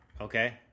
Okay